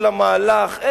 העיתוי של המהלך.